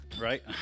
right